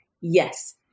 yes